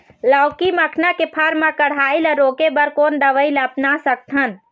लाउकी मखना के फर मा कढ़ाई ला रोके बर कोन दवई ला अपना सकथन?